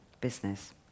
business